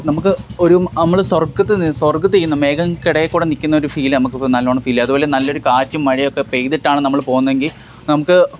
നമുക്ക് ഒരു നമ്മള് സ്വർഗ്ഗത്തിന്ന് സ്വർഗത്തില്നിന്ന് മേഘങ്ങള്ക്കിടയിൽ കൂടെ നില്ക്കുന്ന ഒരു ഫീൽ നമുക്കൊകെ നല്ലവണ്ണം ഫീൽ അതുപോലെ നല്ലൊരു കാറ്റും മഴയൊക്കെ പെയ്തിട്ടാണ് നമ്മൾ പോകുന്നതെങ്കിൽ നമ്മള്ക്ക്